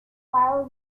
while